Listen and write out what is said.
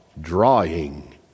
drawing